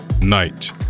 Night